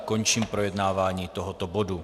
Končím projednávání tohoto bodu.